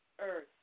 earth